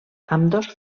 ambdós